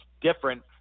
different